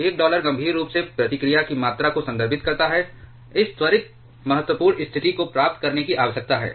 एक डॉलर गंभीर रूप से प्रतिक्रिया की मात्रा को संदर्भित करता है इस त्वरित महत्वपूर्ण स्थिति को प्राप्त करने की आवश्यकता है